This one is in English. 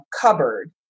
cupboard